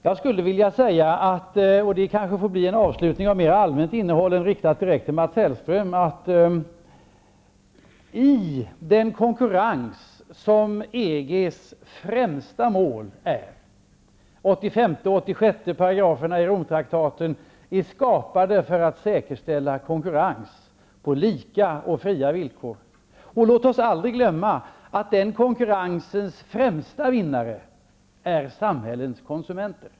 Jag skulle vilja säga -- det kanske får bli en avslutning av mer allmänt innehåll och inte riktat till Mats Hellström -- att det är konkurrens som är EG:s främsta mål -- 85 och 86 §§ i Romtraktakten är skapade för att säkerställa konkurrens på fria och lika villkor. Låt oss aldrig glömma att den konkurrensens främsta vinnare är samhällenas konsumenter.